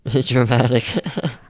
dramatic